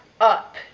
up